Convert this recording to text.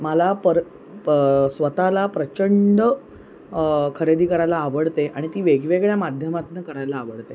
मला पर स्वतःला प्रचंड खरेदी करायला आवडते आणि ती वेगवेगळ्या माध्यमातून करायला आवडते